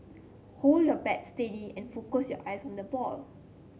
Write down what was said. hold your bat steady and focus your eyes on the ball